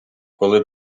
коли